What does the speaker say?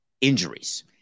injuries